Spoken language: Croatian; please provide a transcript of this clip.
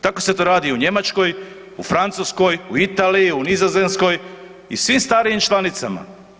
Tako se to radi i u Njemačkoj, u Francuskoj, u Italiji, u Nizozemskoj i svim starijim članicama.